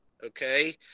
Okay